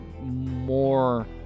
more